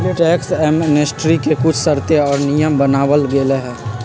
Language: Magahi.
टैक्स एमनेस्टी के कुछ शर्तें और नियम बनावल गयले है